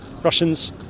Russians